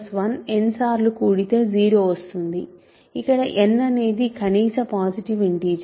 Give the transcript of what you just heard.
1n సార్లు కూడితే 0 వస్తుంది ఇక్కడ n అనేది కనీస పాసిటీవ్ ఇంటిజర్